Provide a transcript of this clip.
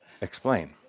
explain